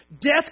death